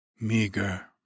meager